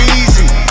easy